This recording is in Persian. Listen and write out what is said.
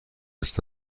دست